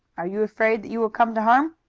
are you afraid that you will come to harm?